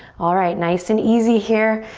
alright, nice and easy here.